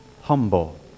humble